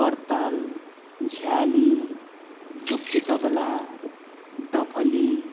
कर्ताल झ्याली दुक्की तबेला डफली